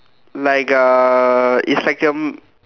like uh it's like a